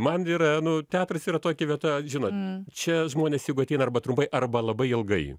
man yra nu teatras yra tokia vieta žinot čia žmonės juk ateina arba trumpai arba labai ilgai